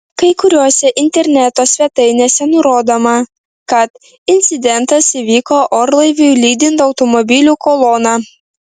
kai kuriose interneto svetainėse nurodoma kad incidentas įvyko orlaiviui lydint automobilių koloną